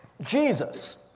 Jesus